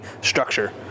structure